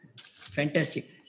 Fantastic